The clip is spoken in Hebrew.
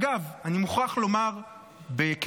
אגב, אני מוכרח לומר בכנות,